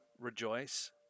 rejoice